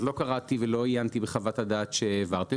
אז לא קראתי ולא עיינתי בחוות הדעת שהעברתם,